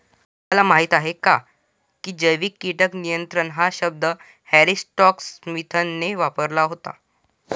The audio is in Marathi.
तुम्हाला माहीत आहे का की जैविक कीटक नियंत्रण हा शब्द हॅरी स्कॉट स्मिथने वापरला होता?